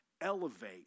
elevate